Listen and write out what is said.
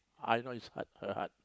I know it's art a art